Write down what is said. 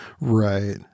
Right